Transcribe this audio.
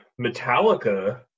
Metallica